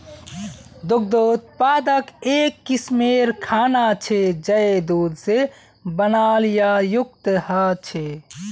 दुग्ध उत्पाद एक किस्मेर खाना छे जये दूध से बनाल या युक्त ह छे